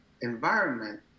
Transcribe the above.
environment